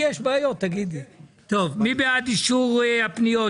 מי בעד אישור הפניות